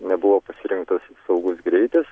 nebuvo pasirinktas saugus greitis